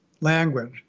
language